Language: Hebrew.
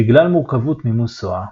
בגלל מורכבות מימוש SOA,